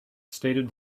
stated